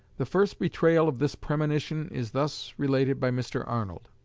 the first betrayal of this premonition is thus related by mr. arnold